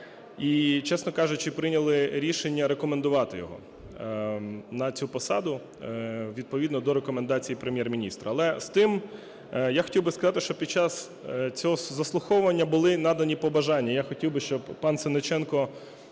І, чесно кажучи, прийняли рішення рекомендувати його на цю посаду відповідно до рекомендації Прем'єр-міністра. Але з тим я хотів би сказати, що під час цього заслуховування були надані побажання. Я хотів би, щоби пан Сенниченко